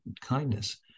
kindness